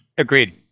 Agreed